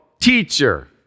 teacher